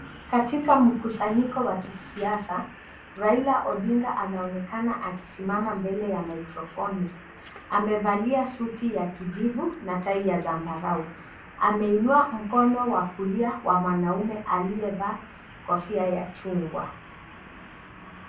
Katika mkusanyiko wa kisiasa Raila Odinga anaonekana akisimama mbele ya mikrofoni amevalia suit ya kijivu na tai ya zambarau ameinua mkono wa kulia wa mwanaume aliyevaa kofia ya chungwa.